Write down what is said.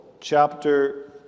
chapter